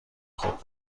خود